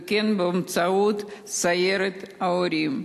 וכן באמצעות סיירות הורים.